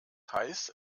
heißt